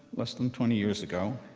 less than twenty years ago,